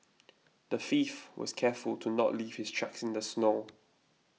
the thief was careful to not leave his tracks in the snow